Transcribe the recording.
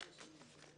תודה.